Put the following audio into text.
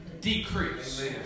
decrease